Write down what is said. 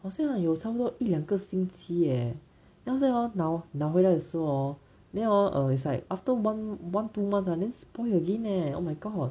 好像有差不多一两个星期耶 then after that hor 拿拿回来的时候 hor then hor err it's like after one one two months ah then spoil again leh oh my god